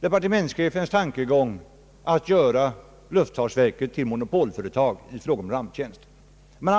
departementschefens tankegång att göra luftfartsverket till monopolföretag i fråga om ramptjänsten.